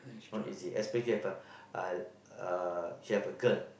not easy especially you have a a a you have a girl